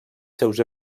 seus